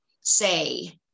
say